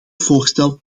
voorstel